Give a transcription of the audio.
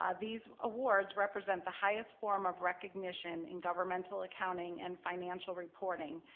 ah these awards represent the highest form of recognition in governmental accounting and financial reporting,